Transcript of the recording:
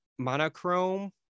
monochrome